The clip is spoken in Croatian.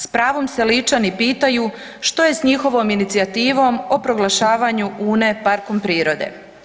S pravom se Ličani pitaju što je s njihovom inicijativom o proglašavanju Une parkom prirode.